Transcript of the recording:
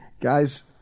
Guys